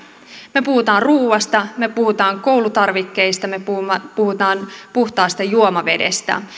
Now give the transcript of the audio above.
me puhumme ruoasta me puhumme koulutarvikkeista me puhumme puhtaasta juomavedestä